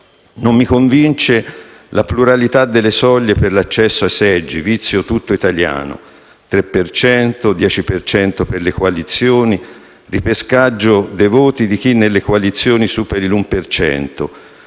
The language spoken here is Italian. Non mi convince la pluralità delle soglie per l'accesso ai seggi, vizio tutto italiano: 3 per cento, 10 per cento per le coalizioni, ripescaggio dei voti di chi nelle coalizioni superi l'uno